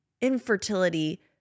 infertility